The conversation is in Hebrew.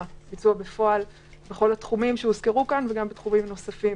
בפועל בכל התחומים שהוזכרו פה וגם בתחומים נוספים,